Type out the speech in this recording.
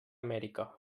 amèrica